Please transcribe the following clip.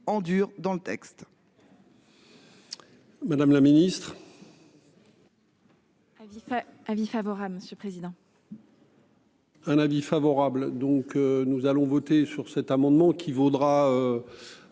en dur dans le texte. Madame la Ministre. Elle dit fait avis favorable Monsieur président. Un avis favorable. Donc nous allons voter sur cet amendement qui vaudra.